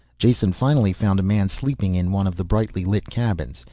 jason finally found a man sleeping in one of the brightly lit cabins.